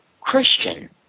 Christian